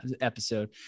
episode